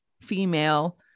female